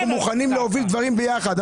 אנחנו מוכנים להוביל דברים יחד.